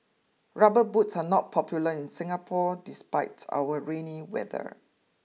Rubber boots are not popular in Singapore despite our rainy weather